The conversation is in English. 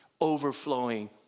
overflowing